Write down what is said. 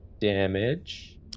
damage